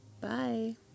bye